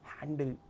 handle